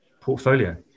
portfolio